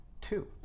Two